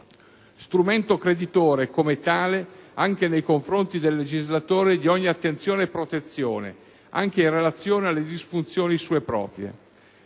strumento creditore, come tale, anche nei confronti del legislatore, di ogni attenzione e protezione, anche in relazione alle disfunzioni sue proprie.